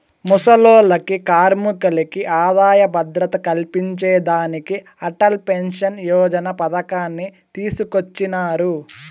ముసలోల్లకి, కార్మికులకి ఆదాయ భద్రత కల్పించేదానికి అటల్ పెన్సన్ యోజన పతకాన్ని తీసుకొచ్చినారు